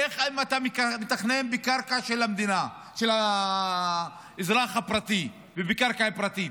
איך אם אתה מתכנן בקרקע של האזרח הפרטי ובקרקע פרטית?